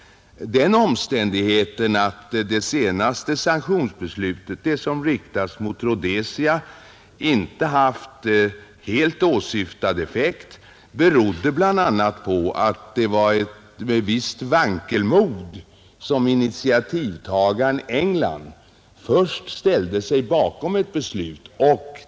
Att det senaste sanktionsbeslutet, det som riktas mot Rhodesia, inte haft helt åsyftad effekt beror bl.a. på att det var med visst vankelmod som initiativtagaren England först ställde sig bakom ett beslut.